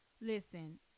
listen